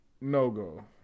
no-go